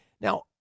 Now